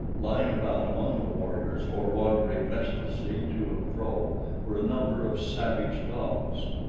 lying about among the warriors or wandering restlessly to and fro were a number of savage dogs.